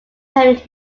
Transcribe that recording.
henry